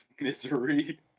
misery